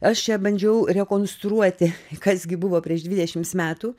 aš čia bandžiau rekonstruoti kas gi buvo prieš dvidešimt metų